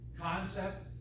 concept